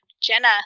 Jenna